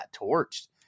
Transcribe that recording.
torched